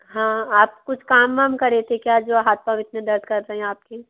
हाँ आप कुछ काम वाम करे थे क्या जो हाथ पाऊँ इतने दर्द कर रहें आपके